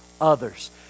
others